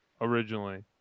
originally